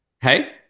Hey